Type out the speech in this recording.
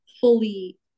fully